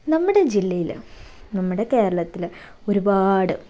നമ്മുടെ ജില്ലയിൽ നമ്മുടെ കേരളത്തിൽ ഒരുപാട്